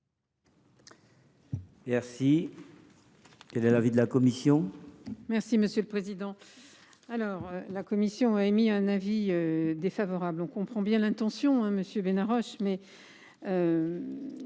4. Quel est l’avis de la commission ?